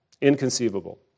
Inconceivable